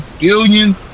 billion